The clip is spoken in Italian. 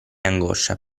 angoscia